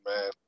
man